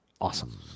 awesome